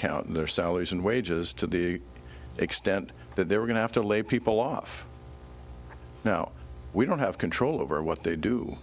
count and their salaries and wages to the extent that they were going to have to lay people off now we don't have control over what they do